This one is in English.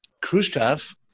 Khrushchev